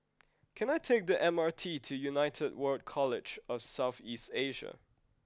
can I take the M R T to United World College of South East Asia